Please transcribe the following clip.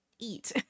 Eat